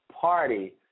party